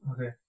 Okay